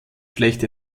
schlecht